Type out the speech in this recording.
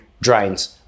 drains